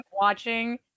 watching